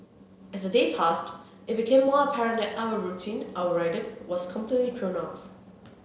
as the days passed it became more apparent that our routine our rhythm was completely thrown off